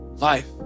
Life